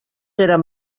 eren